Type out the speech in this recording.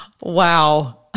Wow